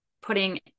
putting